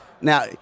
now